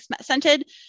scented